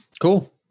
Cool